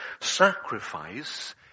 sacrifice